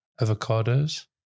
Avocados